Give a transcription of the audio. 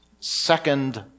second